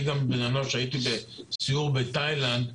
אני גם הייתי בסיור בתאילנד,